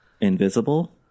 invisible